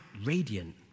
radiant